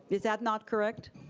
is that not correct?